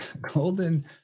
golden